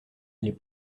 les